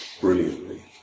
brilliantly